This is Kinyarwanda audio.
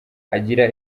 agira